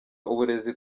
uburezi